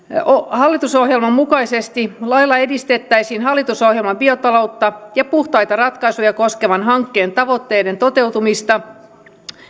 hallitusohjelman mukaisesti lailla edistettäisiin hallitusohjelman biotaloutta ja puhtaita ratkaisuja koskevan hankkeen tavoitteiden toteutumista